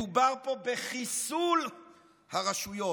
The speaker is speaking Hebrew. מדובר פה בחיסול הרשויות.